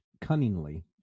cunningly